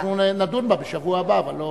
אנחנו נדון בה בשבוע הבא.